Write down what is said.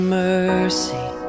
mercy